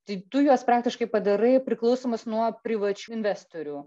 tai tu juos praktiškai padarai priklausomus nuo privačių investorių